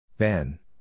Ben